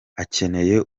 akeneye